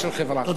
תודה רבה.